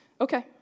Okay